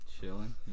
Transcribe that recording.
Chilling